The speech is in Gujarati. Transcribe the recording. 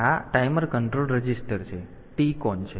તેથી આ ટાઈમર કંટ્રોલ રજીસ્ટર છે તેથી આ TCON છે